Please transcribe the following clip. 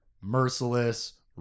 merciless